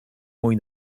mój